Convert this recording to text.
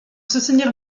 soutenir